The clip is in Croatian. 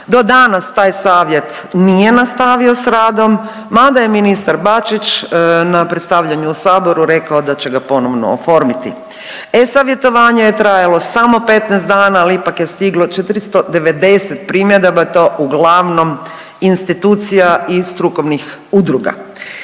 do danas taj Savjet nije nastavio s radom, mada je ministar Bačić na predstavljanju u Saboru rekao da će ga ponovno oformiri. E-savjetovanje je trajalo samo 15 dana, ali ipak je stiglo 490 primjedaba i to uglavnom institucija i strukovnih udruga.